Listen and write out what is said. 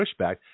pushback